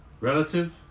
Relative